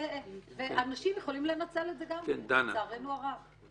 אנשים יכולים לנצל את זה, לצערנו הרב.